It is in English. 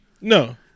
no